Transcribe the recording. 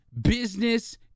business